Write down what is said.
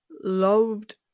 loved